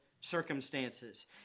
circumstances